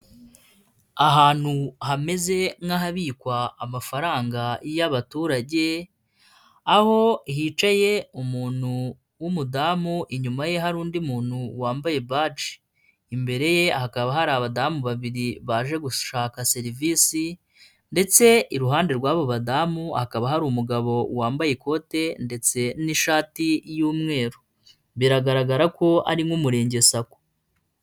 Ahantu hameze nk'ahabikwa amafaranga y'abaturage, aho hicaye umuntu w'umudamu, inyuma ye hari undi muntu wambaye buji, imbere ye hakaba hari abadamu babiri baje gushaka serivisi ndetse iruhande rw'abo badamu hakaba hari umugabo wambaye ikote ndetse n'ishati y'umweru, biragaragara ko ari nk'Umurenge SACCO.